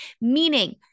Meaning